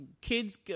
kids